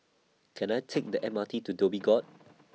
Can I Take The M R T to Dhoby Ghaut